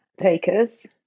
takers